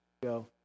go